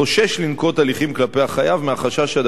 חוששים לנקוט הליכים כלפי החייב שמא